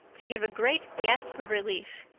to give a great gasp of relief.